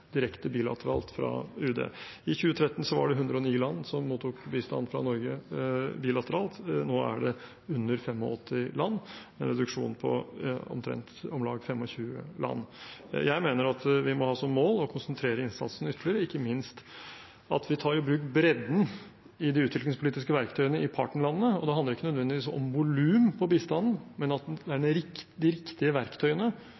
direkte bilateralt fra UD. I 2013 var det 109 land som mottok bistand fra Norge bilateralt, nå er det under 85 land – en reduksjon på om lag 25 land. Jeg mener vi må ha som mål å konsentrere innsatsen ytterligere og ikke minst ta i bruk bredden i de utviklingspolitiske verktøyene i partnerlandene. Det handler ikke nødvendigvis om volumet på bistanden, men at